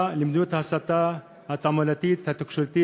למדיניות ההסתה התעמולתית התקשורתית